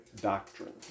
doctrine